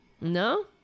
No